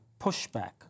pushback